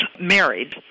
married